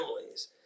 families